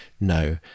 No